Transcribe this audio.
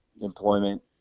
employment